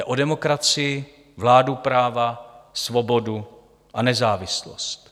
Jde o demokracii, vládu práva, svobodu a nezávislost.